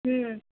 ہوں